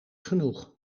genoeg